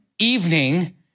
evening